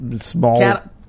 small